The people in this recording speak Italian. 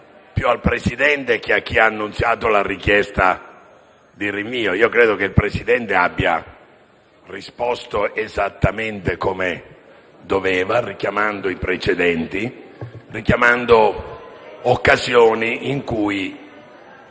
più al Presidente che a chi ha avanzato la richiesta di rinvio. Credo che il Presidente abbia risposto esattamente come avrebbe dovuto, richiamando i precedenti, ricordando occasioni in cui,